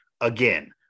again